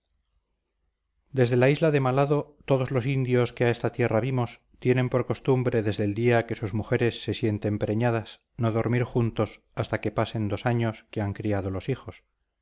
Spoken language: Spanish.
desde la isla de mal hado todos los indios que a esta tierra vimos tienen por costumbre desde el día que sus mujeres se sienten preñadas no dormir juntos hasta que pasen dos años que han criado los hijos